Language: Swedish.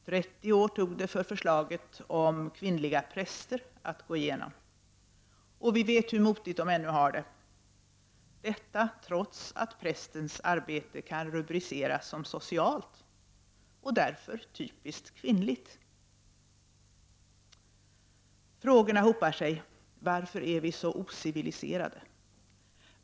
30 år tog det för förslaget om kvinnliga präster att gå igenom — och vi vet hur motigt de ännu har det, detta trots att prästens arbete kan rubriceras som socialt och därför typiskt kvinnligt. Frågorna hopar sig. Varför är vi så ociviliserade?